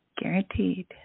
guaranteed